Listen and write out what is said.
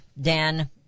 Dan